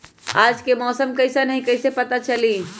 आज के मौसम कईसन हैं कईसे पता चली?